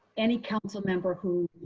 any council member who.